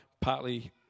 partly